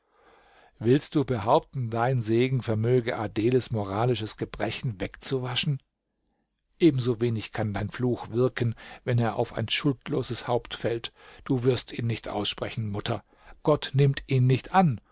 willst du behaupten dein segen vermöge adeles moralische gebrechen wegzuwaschen ebenso wenig kann dein fluch wirken wenn er auf ein schuldloses haupt fällt du wirst ihn nicht aussprechen mutter gott nimmt ihn nicht an